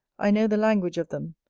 i know the language of them,